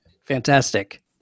Fantastic